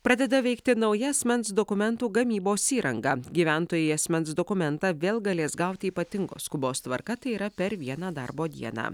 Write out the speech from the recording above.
pradeda veikti nauja asmens dokumentų gamybos įranga gyventojai asmens dokumentą vėl galės gauti ypatingos skubos tvarka tai yra per vieną darbo dieną